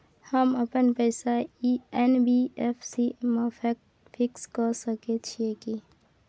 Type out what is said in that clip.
हम अपन पैसा एन.बी.एफ.सी म फिक्स के सके छियै की?